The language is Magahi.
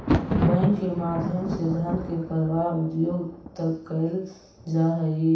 बैंक के माध्यम से धन के प्रवाह उद्योग तक कैल जा हइ